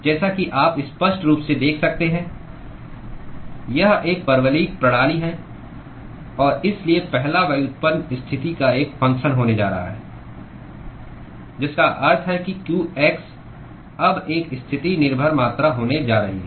जैसा कि आप स्पष्ट रूप से देख सकते हैं यह एक परवलयिक प्रणाली है और इसलिए पहला व्युत्पन्न स्थिति का एक फंगक्शन होने जा रहा है जिसका अर्थ है कि qx अब एक स्थितीय निर्भर मात्रा होने जा रहा है